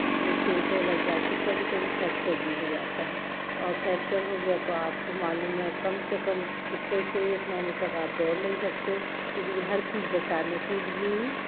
उसमें चोटें भी लग जाती कभी कभी फैक्चर भी हो जाता है और फैक्चर हो गया तो आपको मालूम है कम से कम एक ही से एक महिने तक आप दौड़ नहीं सकते हो इस लिए हर चीज़ बचाने के लिए ही